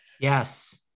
yes